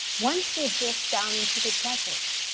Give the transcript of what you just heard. one seed drifts down into the desert.